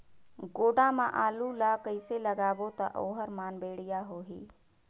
गोडा मा आलू ला कइसे लगाबो ता ओहार मान बेडिया होही?